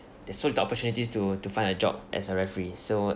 there's so little opportunities to to find a job as a referee so